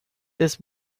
this